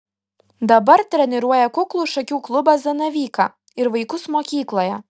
dabar treniruoja kuklų šakių klubą zanavyką ir vaikus mokykloje